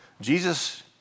Jesus